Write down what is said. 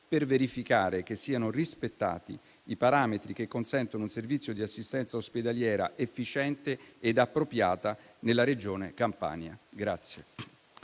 per verificare che siano rispettati i parametri che consentono un servizio di assistenza ospedaliera efficiente e appropriata nella Regione Campania.